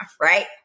right